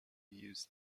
use